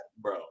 bro